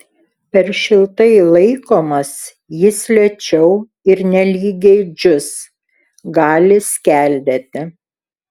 per šiltai laikomas jis lėčiau ir nelygiai džius gali skeldėti